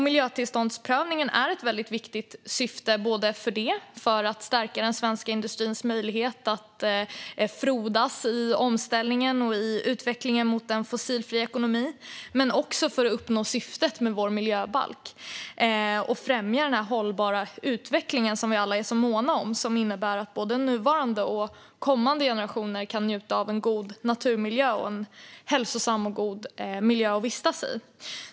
Miljötillståndsprövningen har ett väldigt viktigt syfte i att stärka den svenska industrins möjlighet att frodas i omställningen och i utvecklingen mot en fossilfri ekonomi, men också för att uppnå syftet med vår miljöbalk och främja den hållbara utveckling som vi alla är så måna om och som innebär att både nuvarande och kommande generationer kan njuta av en god naturmiljö och en hälsosam och god miljö att vistas i.